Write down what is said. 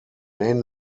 main